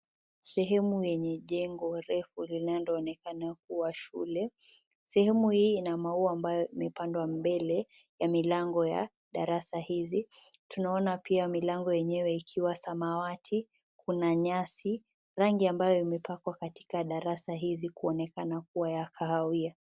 Sehemu yenye jengo refu linaloonekana kuwa shule . Sehemu hii ina maua ambayo imepandwa mbele ya milango ya darasa hizi . Tunaona pia milango yenyewe ikiwa samawati ,kuna nyasi. Rangi ambayo imepakwa katika darasa hizi kuonekana kuwa ya kahawia.